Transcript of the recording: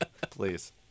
please